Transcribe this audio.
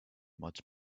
much